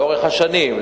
לאורך השנים,